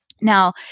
Now